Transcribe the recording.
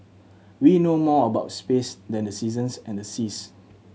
we know more about space than the seasons and the seas